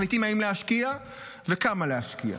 מחליטים אם להשקיע וכמה להשקיע.